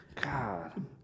God